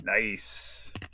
Nice